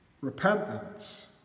Repentance